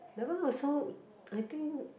that one also I think